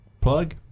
plug